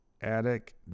Attic